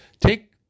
take